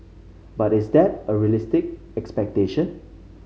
but is that a realistic expectation